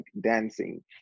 dancing